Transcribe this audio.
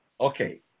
Okay